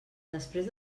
després